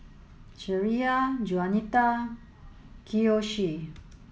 Shreya Juanita Kiyoshi